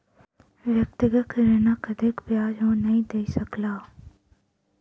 व्यक्तिगत ऋणक अधिक ब्याज ओ नै दय सकला